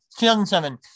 2007